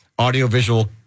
audiovisual